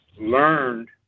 learned